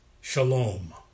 Shalom